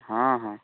ହଁ ହଁ